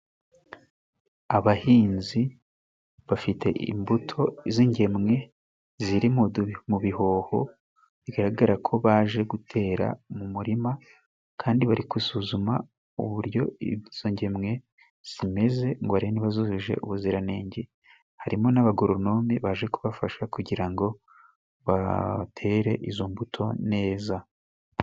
Abahinzi bafite imbuto z'ingemwe ziri mu bihoho bigaragara ko baje gutera mu murima, kandi bari gusuzuma uburyo izo ngemwe zimeze, ngo barebe niba zujuje ubuziranenge, harimo n'abagoronome baje kubafasha kugira ngo batere izo mbuto neza.